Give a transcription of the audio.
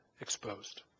exposed